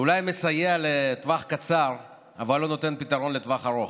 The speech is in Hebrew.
שאולי מסייע בטווח קצר אבל לא נותן פתרון בטווח ארוך.